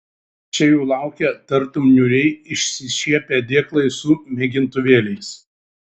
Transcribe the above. čia jų laukė tartum niūriai išsišiepę dėklai su mėgintuvėliais